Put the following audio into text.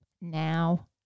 now